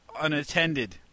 unattended